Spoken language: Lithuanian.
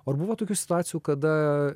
ar buvo tokių situacijų kada